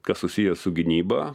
kas susiję su gynyba